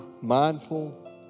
mindful